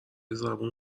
زبون